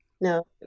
No